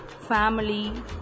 family